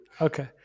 Okay